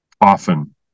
often